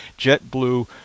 JetBlue